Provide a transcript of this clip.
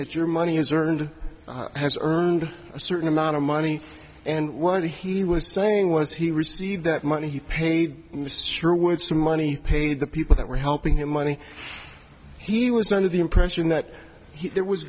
that your money is earned has earned a certain amount of money and what he was saying was he received that money he paid her words for money paid the people that were helping him money he was under the impression that there was